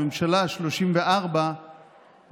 הממשלה השלושים-וארבע,